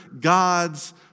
God's